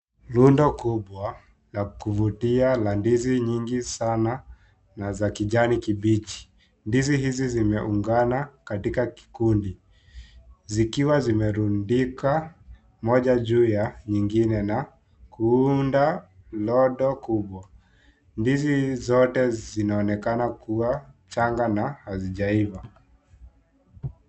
Rundo kubwa, la kuvutia la ndizi nyingi sana, za kijani kibichi, ndizi hizi zimeungana katika kikundi, zikiwa zimerundika, moja juu ya ngine, na, kuunda, rondo kubwa, ndizi hizi zote zinaonekana kuwa changa na hazijaiva.